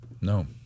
No